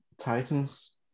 Titans